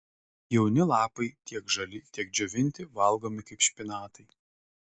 jauni lapai tiek žali tiek džiovinti valgomi kaip špinatai